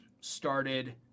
started